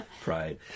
Pride